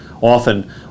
Often